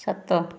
ସାତ